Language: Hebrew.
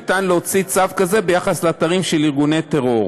ניתן להוציא צו כזה ביחס לאתרים של ארגוני טרור.